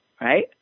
Right